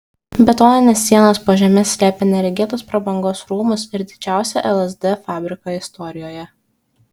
betoninės sienos po žeme slėpė neregėtos prabangos rūmus ir didžiausią lsd fabriką istorijoje